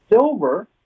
Silver